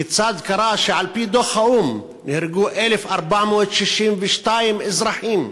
כיצד קרה שנהרגו, על-פי דוח האו"ם, 1,462 אזרחים?